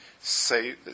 say